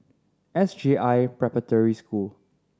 S J I Preparatory School